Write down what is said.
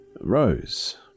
Rose